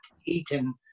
eaten